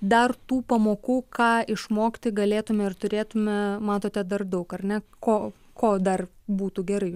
dar tų pamokų ką išmokti galėtume ir turėtume matote dar daug ar ne ko ko dar būtų gerai